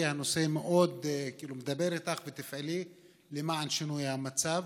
הנושא מאוד מדבר אלייך ותפעלי למען שינוי המצב.